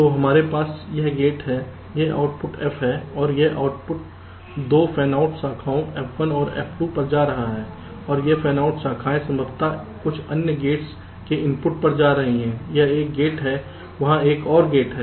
तो हमारे पास यह गेट है यह आउटपुट F है और यह आउटपुट 2 फैन आउट शाखाओं F1 और F2 पर जा रहा है और यह फैनआउट शाखाएं संभवतः कुछ अन्य गेट्स के इनपुट पर जा रही हैं यह एक गेट है वहां एक और गेट है